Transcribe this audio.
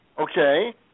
Okay